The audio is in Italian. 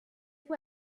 può